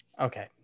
Okay